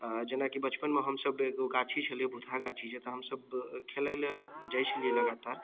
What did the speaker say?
अऽ जेनाकि बचपनमे हमसब एगो गाछी छलै हँ भुतहा गाछी जतऽ हमसब खेलाइ लऽ जाइ छलिए लगातार